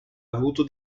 avuto